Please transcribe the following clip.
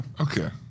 Okay